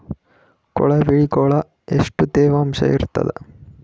ಕೊಳವಿಗೊಳ ಎಷ್ಟು ತೇವಾಂಶ ಇರ್ತಾದ?